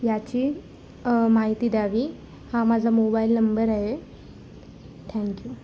याची माहिती द्यावी हा माझा मोबाईल नंबर आहे थँक्यू